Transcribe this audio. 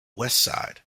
westside